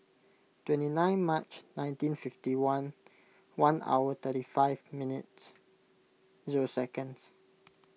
twenty nine March nineteen fifty one one hour thirty five minutes zero seconds